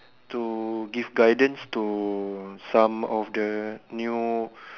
to give guidance to some of the new